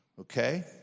Okay